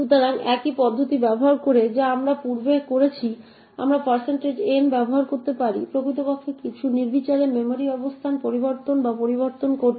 সুতরাং একই পদ্ধতি ব্যবহার করে যা আমরা পূর্বে করেছি আমরা n ব্যবহার করতে পারি প্রকৃতপক্ষে কিছু নির্বিচারে মেমরি অবস্থান পরিবর্তন বা পরিবর্তন করতে